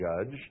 judged